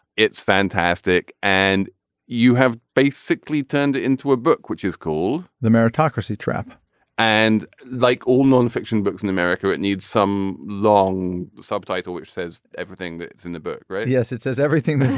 it's fantastic. and you have basically turned it into a book which is called the meritocracy trap and like all nonfiction books in america it needs some long subtitle which says everything that's in the book right yes it says everything. i